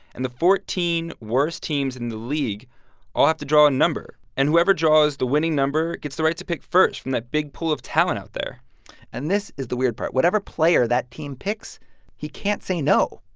and the fourteen worst teams in the league all have to draw a number. and whoever draws the winning number gets the right to pick first from that big pool of talent out there and this is the weird part. whatever player that team picks he can't say, no.